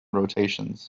rotations